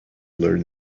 learn